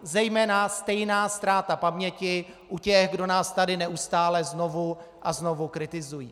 Zejména stejná ztráta paměti u těch, kdo nás tady neustále znovu a znovu kritizují.